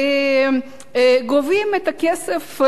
והם גובים את הכסף,